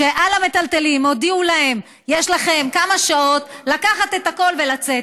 על המיטלטלין הודיעו להם: יש לכם כמה שעות לקחת את הכול ולצאת.